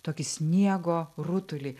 tokį sniego rutulį